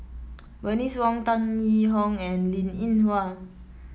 Bernice Wong Tan Yee Hong and Linn In Hua